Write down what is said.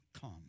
come